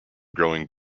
growing